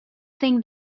thing